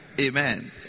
Amen